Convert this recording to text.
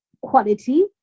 quality